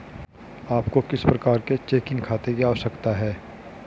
आपको किस प्रकार के चेकिंग खाते की आवश्यकता है?